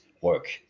work